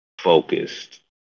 focused